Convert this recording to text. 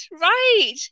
right